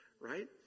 right